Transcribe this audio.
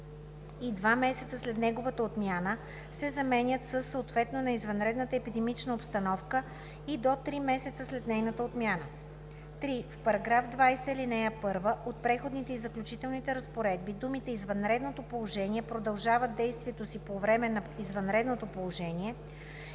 два месеца след неговата отмяна“ се заменят със „съответно на извънредната епидемична обстановка и до три месеца след нейната отмяна“. 3. В § 20, ал. 1 от преходните и заключителните разпоредби думите „извънредното положение, продължават действието си по време на извънредното положение